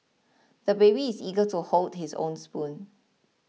the baby is eager to hold his own spoon